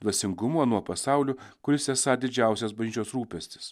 dvasingumu anuo pasauliu kuris esą didžiausias bažnyčios rūpestis